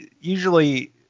usually